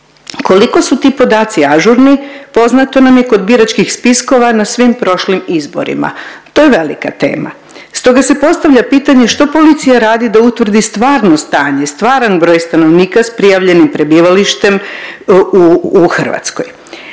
Koliko su ti podaci ažurni poznato nam je kod biračkih spiskova na svim prošlim izborima, to je velika tema, stoga se postavlja pitanje što policija radi da utvrdi stvarno stanje, stvaran broj stanovnika s prijavljenim prebivalištem u Hrvatskoj?